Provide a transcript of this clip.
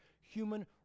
human